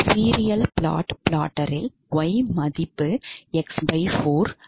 serial plot ப்ளாட்டரில் y மதிப்பு x 4